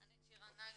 אני רס"ן ,